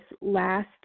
last